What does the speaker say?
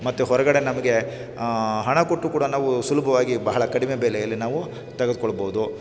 ಮತ್ತು ಹೊರಗಡೆ ನಮಗೆ ಹಣ ಕೊಟ್ಟು ಕೂಡ ನಾವು ಸುಲಭವಾಗಿ ಬಹಳ ಕಡಿಮೆ ಬೆಲೆಯಲ್ಲಿ ನಾವು ತೆಗೆದುಕೊಳ್ಬೋದು